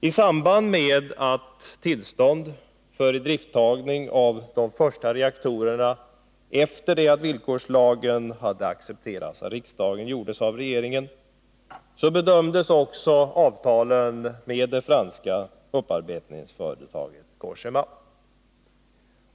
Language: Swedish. I samband med att tillstånd för idrifttagande av de första reaktorerna efter det att villkorslagen hade accepterats av riksdagen lämnades av regeringen, bedömdes också avtalet med det franska upparbetningsföretaget Cogéma.